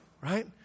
right